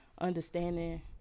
understanding